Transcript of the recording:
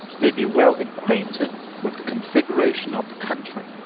may be well acquainted with the configuration of the country,